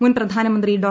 മുൻ പ്രധാനമന്ത്രി ഡോ